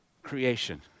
creation